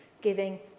giving